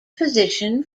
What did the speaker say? position